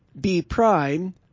B-prime